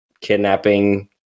kidnapping